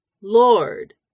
lord